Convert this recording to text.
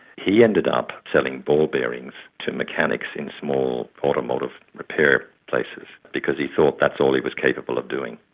he ended up selling ballbearings to mechanics in small automotive repair places because he thought that's all he was capable of doing.